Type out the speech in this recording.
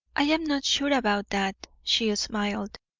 i am not sure about that, she smiled.